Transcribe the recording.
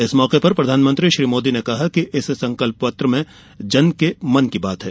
इस मौके पर प्रधानमंत्री श्री मोदी ने कहा कि इस संकल्प पत्र में जन के मन की बात है